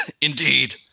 Indeed